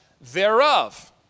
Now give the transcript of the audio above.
thereof